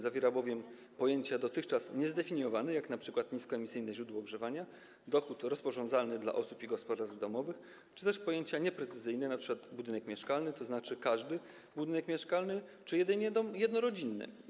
Zawiera bowiem pojęcia dotychczas niezdefiniowane, jak np. niskoemisyjne źródło ogrzewania, dochód rozporządzalny dla osób i gospodarstw domowych, czy też pojęcia nieprecyzyjne - np. budynek mieszkalny oznacza każdy budynek mieszkalny czy jedynie dom jednorodzinny?